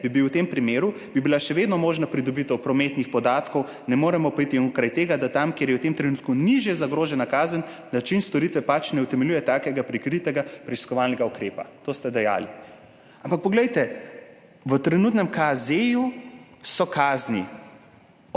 navedli, v tem primeru bi bila še vedno možna pridobitev prometnih podatkov, ne moremo pa iti onkraj tega, da tam, kjer je v tem trenutku nižja zagrožena kazen, način storitve pač ne utemeljuje takega prikritega preiskovalnega ukrepa.« To ste dejali. Ampak poglejte, v trenutnem KZ so kazni: